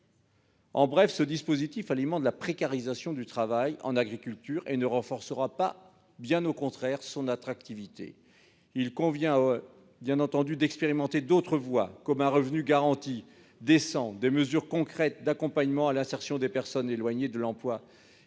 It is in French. En bref, celui-ci alimentera la précarisation du travail en agriculture et ne renforcera pas son attractivité, bien au contraire. Il convient à l'évidence d'expérimenter d'autres voies, comme un revenu garanti décent, des mesures concrètes d'accompagnement à l'insertion des personnes éloignées de l'emploi